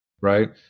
Right